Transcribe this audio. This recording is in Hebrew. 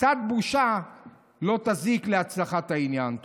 קצת בושה לא תזיק להצלחת העניין.